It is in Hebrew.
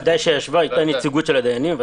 ודאי שישבה, היתה נציגות של הדיינים.